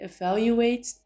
evaluates